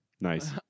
Nice